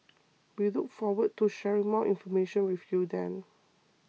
we look forward to sharing more information with you then